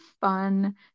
fun